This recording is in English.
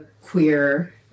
queer